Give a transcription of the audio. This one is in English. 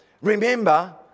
Remember